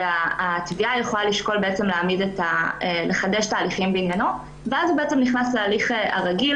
התביעה יכולה לשקול לחדש את ההליכים בעניינו והוא נכנס להליך הרגיל